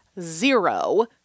zero